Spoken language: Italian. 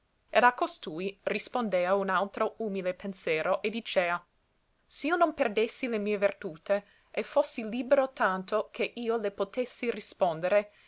ed a costui rispondea un altro umile pensero e dicea s'io non perdessi le mie vertudi e fossi libero tanto che io le potessi rispondere